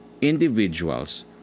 individuals